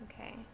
Okay